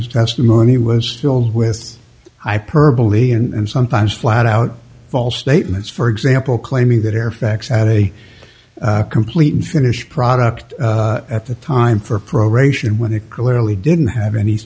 's testimony was filled with hyperbole and sometimes flat out false statements for example claiming that her facts had a complete and finished product at the time for proration when it clearly didn't have any